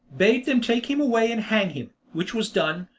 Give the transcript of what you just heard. bade them take him away and hang him, which was done,